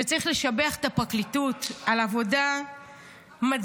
צריך לשבח את הפרקליטות על עבודה מדהימה.